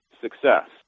success